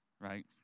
right